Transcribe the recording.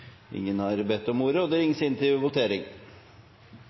Ingen har bedt om ordet. Stortinget er da klar til å gå til votering.